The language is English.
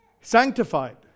sanctified